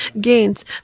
gains